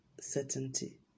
certainty